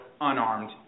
unarmed